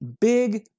Big